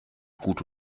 gut